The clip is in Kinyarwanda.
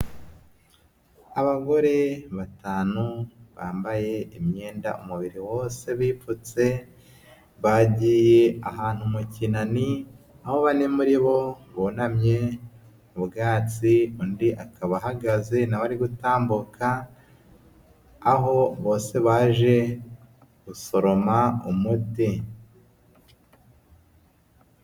Abagore batanu bambaye imyenda umubiri wose bipfutse, bagiye ahantu kinani aho bane muri bo bunamye mu bwatsi, undi akaba ahagaze na we ari gutambuka aho bose baje gusoroma umuti.